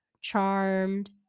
Charmed